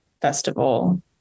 festival